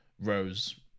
Rose